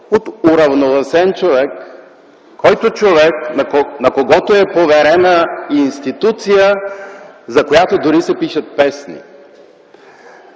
от уравновесен човек, на когото е поверена институция, за която дори се пишат песни.